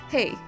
Hey